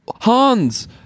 Hans